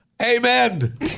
Amen